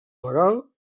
legal